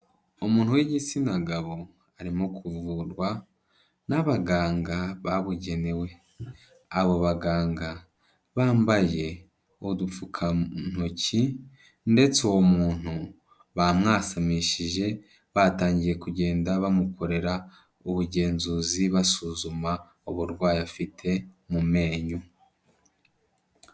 Umuntu w'igitsina gabo arimo kuvurwa n'abaganga babugenewe, abo baganga bambaye udupfukantoki ndetse uwo muntu bamwasamishije batangiye kugenda bamukorera ubugenzuzi basuzuma uburwayi afite mu menyo.